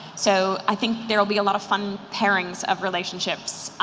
so i think there'll be a lot of fun pairings of relationships,